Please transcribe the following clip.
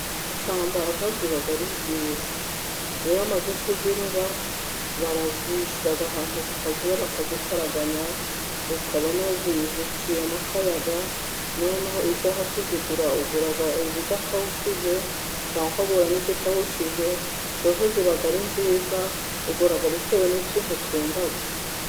Isambaza ziba ari nziza, iyo bamaze kuziroba, bazishyira ahantu ku kazuba bakazizitaraganya, ukabona ziciyemo akayaga, noneho iyo ushaka kuzigura, ugura izidakawushije cyangwa ukagura izidakawushije, zosa ziba ari nziza, ugura bitewe n'ikintu ukunda.